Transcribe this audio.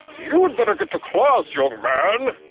you'd better get to class, young man!